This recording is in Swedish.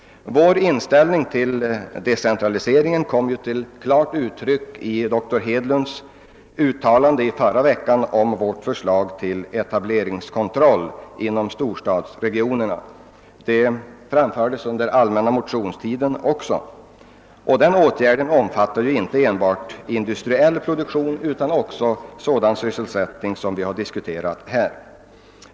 Vår inställning till decentraliseringen kom till klart uttryck i doktor Hedlunds uttalande förra veckan beträffande vårt förslag till etableringskontroll inom storstadsregionerna. Det förslaget framfördes även under allmänna motionstiden. En sådan etableringskontroll bör omfatta inte enbart industriell produktion utan också sådan sysselättning som vi har diskuterat här.